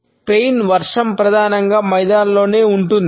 స్పెయిన్లో వర్షం ప్రధానంగా మైదానాలలోనే ఉంటుంది